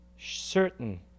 certain